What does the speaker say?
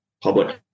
public